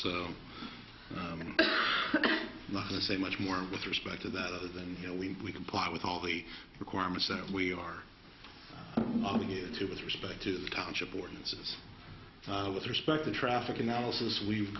to say much more with respect to that other than you know we we comply with all the requirements that we are obligated to with respect to the township ordinances with respect to traffic analysis we've